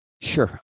Sure